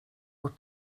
were